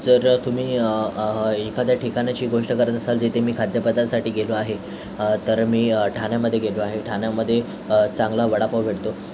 जर तुम्ही एखाद्या ठिकाणाची गोष्ट करत असाल जेथे मी खाद्यपदारसाटी गेलो आहे तर मी ठाण्यामधे गेलो आहे ठाण्यामधे चांगला वडापाव भेटतो